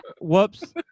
whoops